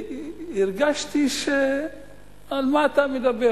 הרגשתי ש"על מה אתה מדבר.